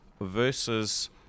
versus